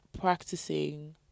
practicing